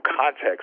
context